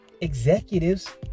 executives